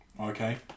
Okay